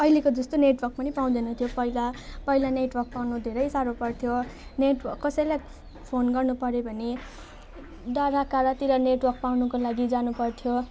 अहिलेको जस्तो नेटवर्क पनि पाउँदैन थियो पहिला पहिला नेटवर्क पाउनु धेरै साह्रो पर्थ्यो नेटवर्क कसैलाई फोन गर्नुपर्यो भने डाँडाकाँडातिर नेटवर्क पाउनुको लागि जानुपर्थ्यो